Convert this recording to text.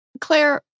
Claire